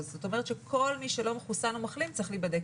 זאת אומרת שכל מי שלא מחוסן או מחלים צריך להיבדק,